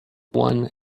one